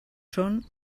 són